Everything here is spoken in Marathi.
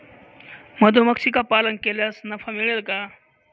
मधुमक्षिका पालन केल्यास नफा मिळेल का?